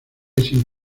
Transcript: racing